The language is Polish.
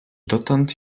dotąd